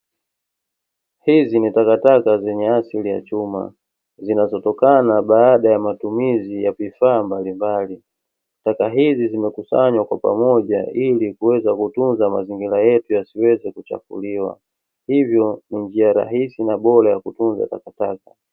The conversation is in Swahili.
Hizi ni takataka zenye asili ya chuma zinazotokana baada ya matumizi ya vifaa mbalimbali. Taka hizi zimekusanywa kwa pamoja ili kuweza kutunza mazingira yetu yasiweze kuchafuliwa, hivyo ni njia rahisi na bora ya kutunza takataka.